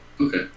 Okay